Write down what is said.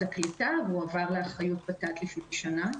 הקליטה והועבר לאחריות ות"ת לפני שנה.